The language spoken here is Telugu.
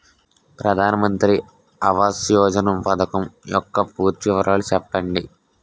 ప్రధాన మంత్రి ఆవాస్ యోజన పథకం యెక్క పూర్తి వివరాలు చెప్పండి?